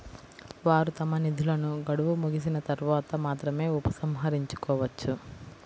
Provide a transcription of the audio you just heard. వారు తమ నిధులను గడువు ముగిసిన తర్వాత మాత్రమే ఉపసంహరించుకోవచ్చు